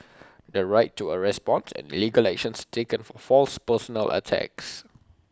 the right to A response and legal actions taken for false personal attacks